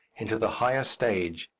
into the higher stage,